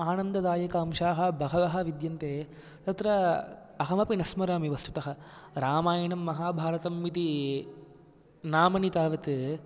आनन्ददायकांशाः बहवः विद्यन्ते तत्र अहमपि न स्मरामि वस्तुतः रामायणं महाभारतम् इति नामनि तावत्